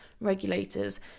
regulators